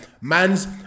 Mans